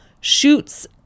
shoots